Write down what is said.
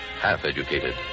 half-educated